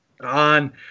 on